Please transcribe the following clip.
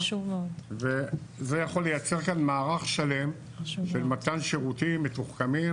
זה יכול לייצר כאן מערך שלם של מתן שירותים מתוחכמים,